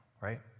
right